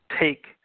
take